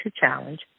Challenge